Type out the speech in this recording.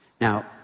Now